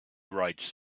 writes